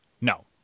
no